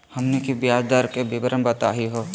हमनी के ब्याज दर के विवरण बताही हो?